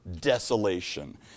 desolation